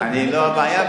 אני לא הבעיה,